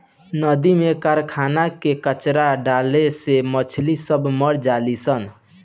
नदी में कारखाना के कचड़ा डाले से मछली सब मर जली सन